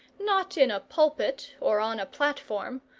not in a pulpit or on a platform,